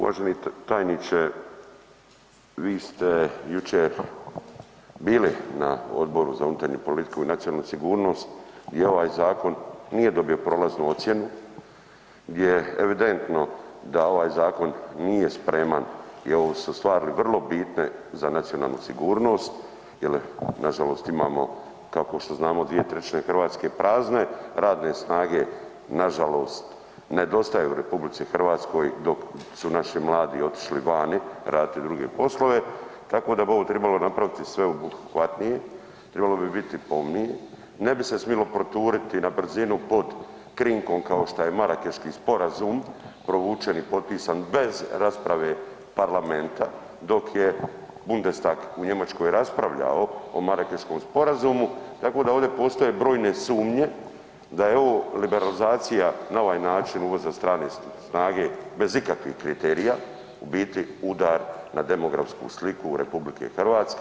Uvaženi tajniče, vi ste jučer bili na Odboru za unutarnju politiku i nacionalnu sigurnost i ovaj zakon nije dobio prolaznu ocjenu gdje je evidentno da ovaj zakon nije spreman i ove su stvari vrlo bitne za nacionalnu sigurnost jel nažalost imamo kao što znamo 2/3 RH prazne, radne snage nažalost nedostaje u RH dok su naši mladi otišli vani raditi druge poslove, tako da bi ovo tribalo napraviti sveobuhvatnije, tribalo bi biti pomnije, ne bi se tribalo proturiti nabrzinu pod krinkom kao što je Marakeški sporazum provučen i potpisan bez rasprave parlamenta dok je Bundestag u Njemačkoj raspravljao o Marakeškom sporazumu, tako da ovdje postoje brojne sumnje da je ovo liberalizacija na ovaj način uvoza strane snage bez ikakvih kriterija u biti udar na demografsku sliku RH.